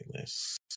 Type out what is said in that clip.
list